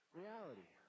reality